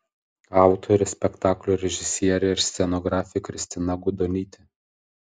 autorė spektaklio režisierė ir scenografė kristina gudonytė